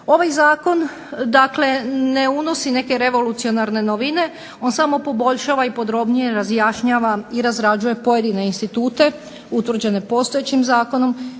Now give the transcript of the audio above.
Ovaj zakon ne unosi neke revolucionarne novine, on samo poboljšava i podrobnije razjašnjava i razrađuje pojedine institute utvrđene postojećim zakonom